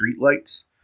streetlights